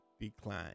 decline